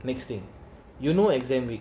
the next thing you know exam week